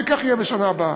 וכך יהיה בשנה הבאה.